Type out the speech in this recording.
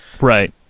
Right